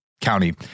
County